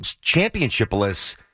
championship-less